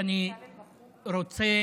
אני רוצה